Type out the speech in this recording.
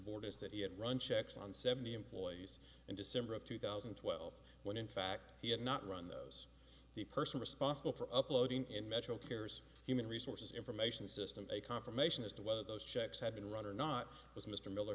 supporters that he had run checks on seventy employees in december of two thousand and twelve when in fact he had not run those the person responsible for uploading in metro care's human resources information system a confirmation as to whether those checks had been run or not as mr miller